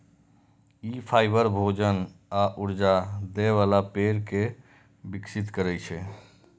ई fibre, भोजन आ ऊर्जा दै बला पेड़ कें विकसित करै छै